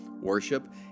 worship